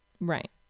Right